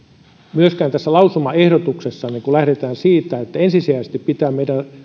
myös tässä lausumaehdotuksessa lähdetään siitä että ensisijaisesti meidän pitää